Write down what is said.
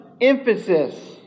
emphasis